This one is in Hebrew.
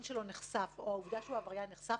שלו נחשף או העובדה שהוא עבריין נחשפת,